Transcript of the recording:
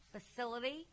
Facility